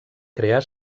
crear